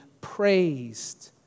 praised